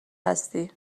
هستی